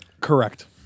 Correct